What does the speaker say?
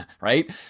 right